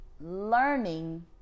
learning